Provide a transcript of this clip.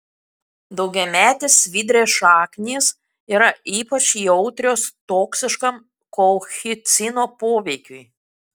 daugiametės svidrės šaknys yra ypač jautrios toksiškam kolchicino poveikiui